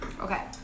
Okay